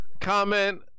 comment